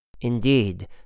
Indeed